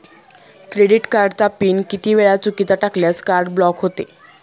Credit कार्डचा PIN किती वेळा चुकीचा टाकल्यास कार्ड ब्लॉक होते?